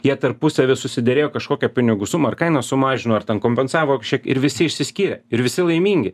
jie tarpusavy susiderėjo kažkokią pinigų sumą ar kainos sumažino ar ten kompensavo kžkiek ir visi išsiskyrė ir visi laimingi